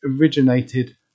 originated